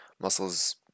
muscles